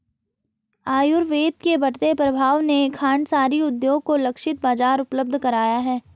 आयुर्वेद के बढ़ते प्रभाव ने खांडसारी उद्योग को लक्षित बाजार उपलब्ध कराया है